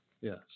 yes